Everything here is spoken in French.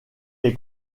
les